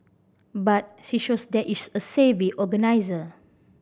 but she shows that is a savvy organiser